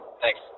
Thanks